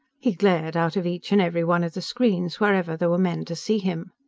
he glared out of each and every one of the screens, wherever there were men to see him.